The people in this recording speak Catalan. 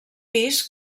pis